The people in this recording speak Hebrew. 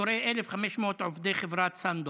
פיטורי 1,500 עובדי חברת סאן דור.